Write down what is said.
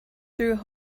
through